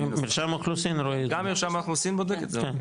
גם מרשם האוכלוסין בודק את זה?